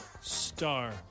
star